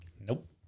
Nope